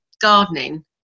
gardening